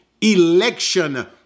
Election